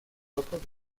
repose